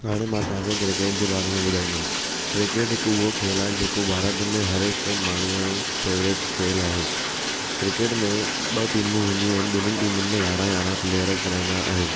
हाणे मां तव्हांखे क्रिकेट जे बारे में ॿुधाईंदुमि क्रिकेट हिकु उहो खेल आहे जेको भारत में हर हिक माण्हू जो फेवरेट खेल आहे क्रिकेट में ॿ टीमूं हूंदियूं आहिनि ॿिनिनि टीमुनि में यारहं यारहं प्लेयर खेॾंदा आहिनि